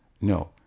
No